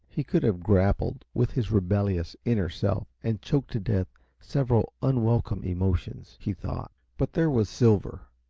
he could have grappled with his rebellious inner self and choked to death several unwelcome emotions, he thought. but there was silver,